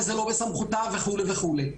וזה לא בסמכותה וכולי וכולי.